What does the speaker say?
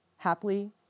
Happily